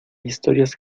historias